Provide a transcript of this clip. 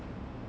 it's